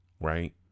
right